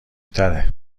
تره